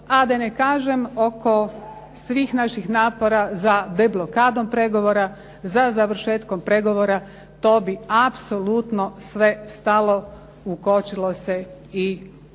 a da ne kažem oko svih naših napora za deblokadom pregovora, za završetkom pregovora. To bi apsolutno sve stalo, ukočilo se i ne